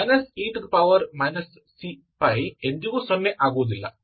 e c ಎಂದಿಗೂ ಸೊನ್ನೆ ಆಗುವುದಿಲ್ಲ